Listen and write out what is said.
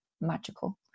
magical